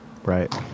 Right